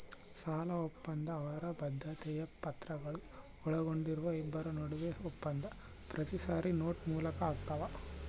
ಸಾಲಒಪ್ಪಂದ ಅವರ ಬದ್ಧತೆಯ ಪತ್ರಗಳು ಒಳಗೊಂಡಿರುವ ಇಬ್ಬರ ನಡುವೆ ಒಪ್ಪಂದ ಪ್ರಾಮಿಸರಿ ನೋಟ್ ಮೂಲಕ ಆಗ್ತಾವ